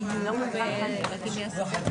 אני מקדם בברכה את כל